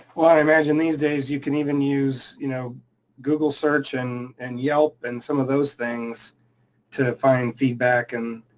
well, i imagine these days you can even use you know google search and and yelp and some of those things to find feedback and